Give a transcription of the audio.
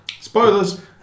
spoilers